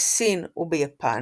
בסין וביפן,